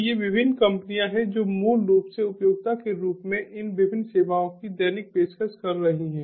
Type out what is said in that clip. तो ये विभिन्न कंपनियां हैं जो मूल रूप से उपयोगिता के रूप में इन विभिन्न सेवाओं की दैनिक पेशकश कर रही हैं